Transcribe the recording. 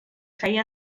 feia